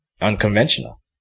unconventional